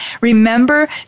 Remember